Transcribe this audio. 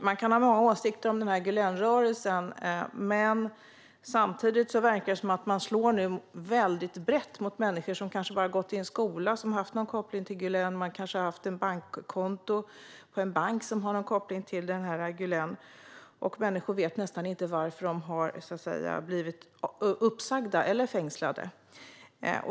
Man kan ha många åsikter om Gülenrörelsen, men samtidigt verkar det som att den turkiska staten nu slår mycket brett mot människor som kanske bara har gått i en skola som har haft någon koppling till Gülen eller de har kanske haft ett bankkonto på en bank med koppling till Gülen. Människor vet nästan inte varför de har blivit uppsagda eller fängslade.